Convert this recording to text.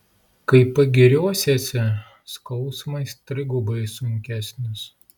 kai pagiriosiesi skausmas trigubai sunkesnis